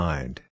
Mind